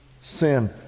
sin